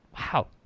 wow